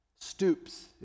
stoops